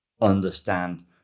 understand